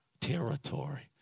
territory